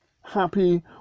happy